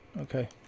Okay